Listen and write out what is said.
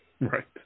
Right